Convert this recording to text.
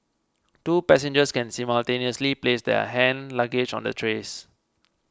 two passengers can simultaneously place their hand luggage on the trays